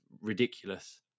ridiculous